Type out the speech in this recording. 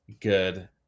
good